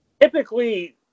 Typically